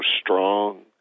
strong